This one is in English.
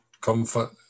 comfort